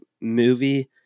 movie